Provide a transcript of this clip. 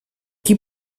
qui